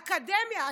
האקדמיה,